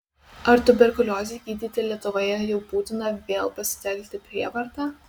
ar tuberkuliozei gydyti lietuvoje jau būtina vėl pasitelkti prievartą